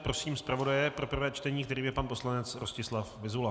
Prosím zpravodaje pro prvé čtení, kterým je pan poslanec Rostislav Vyzula.